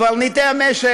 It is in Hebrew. קברניטי המשק,